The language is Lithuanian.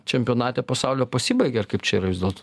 čempionate pasaulio pasibaigia kaip čia yra vis dėlto